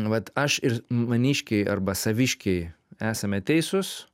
vat aš ir maniškiai arba saviškiai esame teisūs